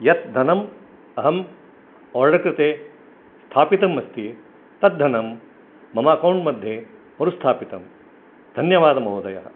यत् धनं अहं आर्डर् कृते स्थापितं अस्ति तत् धनं मम अकौण्ट् मध्ये मरुस्थापितं धन्यवादः महोदयः